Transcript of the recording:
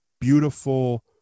beautiful